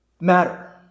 matter